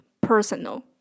personal